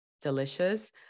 delicious